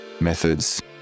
methods